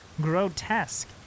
grotesque